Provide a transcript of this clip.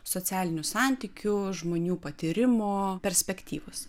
socialinių santykių žmonių patyrimo perspektyvos